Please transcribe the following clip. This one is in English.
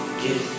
get